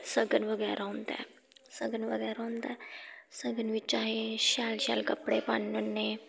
सगन बगैरा होंदा ऐ सगन बगैरा होंदा ऐ सगन बिच्च अस शैल शैल कपड़े पान्ने होन्नें